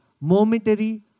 momentary